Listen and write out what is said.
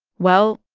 well,